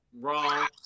Wrong